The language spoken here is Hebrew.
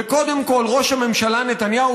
וקודם כול ראש הממשלה נתניהו,